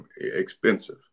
expensive